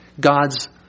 God's